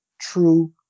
true